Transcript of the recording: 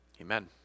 Amen